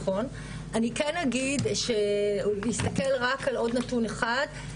אני כן אגיד שנסתכל רק על עוד נתון אחד,